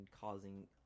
causing